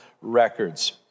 records